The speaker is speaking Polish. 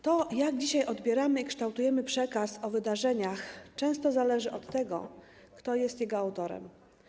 To, jak dzisiaj odbieramy i kształtujemy przekaz o wydarzeniach, często zależy od tego, kto jest jego autorem.